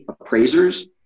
appraisers